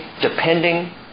depending